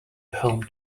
home